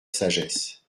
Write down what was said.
sagesse